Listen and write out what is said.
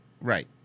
Right